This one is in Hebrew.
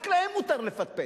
רק להם מותר לפטפט,